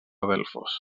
delfos